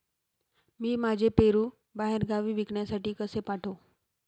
मी माझे पेरू बाहेरगावी विकण्यासाठी कसे पाठवू?